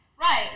Right